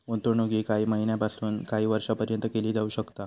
गुंतवणूक ही काही महिन्यापासून काही वर्षापर्यंत केली जाऊ शकता